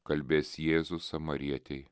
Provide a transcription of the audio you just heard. kalbės jėzus samarietei